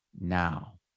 now